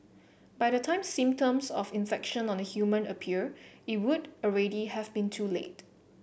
by the time symptoms of infection on a human appear it would already have been too late